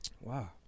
Wow